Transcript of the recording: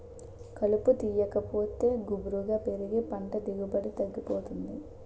కలుపు తీయాకపోతే గుబురుగా పెరిగి పంట దిగుబడి తగ్గిపోతుంది